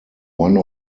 one